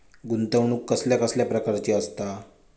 गुंतवणूक कसल्या कसल्या प्रकाराची असता?